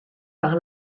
par